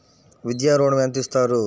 విద్యా ఋణం ఎంత ఇస్తారు?